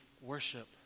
worship